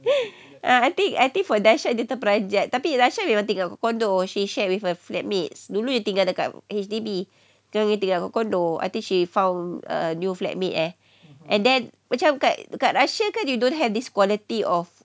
uh I think I think for dasha dia terperanjat tapi dasha memang tinggal condo she shared with a flatmates dulu dia tinggal dekat H_D_B sekarang dia tinggal kat condo I think she found a new flatmate eh and then macam kat kat russia kan they don't have this quality of